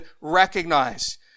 recognize